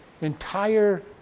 entire